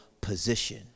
position